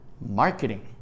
Marketing